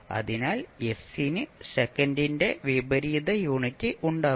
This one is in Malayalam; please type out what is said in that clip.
അതിനാൽ s ന് സെക്കന്റിന്റെ വിപരീത യൂണിറ്റ് ഉണ്ടാകും